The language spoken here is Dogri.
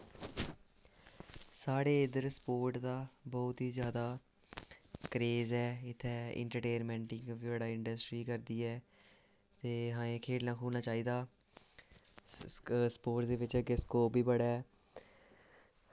साढ़े इद्धर स्पोट्स दा बौह्त गै जैदा क्रेज ऐ इत्थै इंट्रटेनमैंट दी बी फिल्म इंडस्ट्री करदी ऐ ते असें खेलना खूलना चाहिदा स्पोट्स दे बिच्च अग्गें स्कोप बी बड़ा ऐ